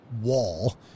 wall